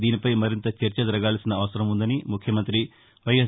దీనిపై మరింత చర్చ జరగాల్సిన అవసరం ఉందని ముఖ్యమంతి వైఎస్